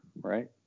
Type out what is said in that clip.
right